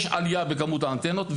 יש עלייה בכמות האנטנות,